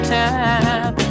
time